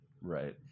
Right